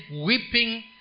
weeping